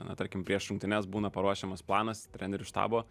na tarkim prieš rungtynes būna paruošiamas planas trenerių štabo